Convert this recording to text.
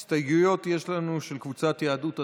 הסתייגויות יש לנו של קבוצת סיעת יהדות התורה.